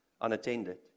unattended